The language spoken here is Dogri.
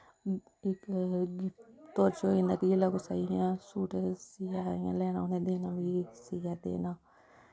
इक ते तुरज़ होई जंदा कि जिसलै कुसै गी इ'यां सूट सीयै लैना उ'नें देना बी सियै देना